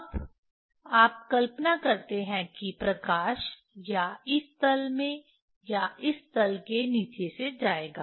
अब आप कल्पना करते हैं कि प्रकाश या इस तल में या इस तल के नीचे से जाएगा